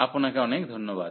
আপনাকে অনেক ধন্যবাদ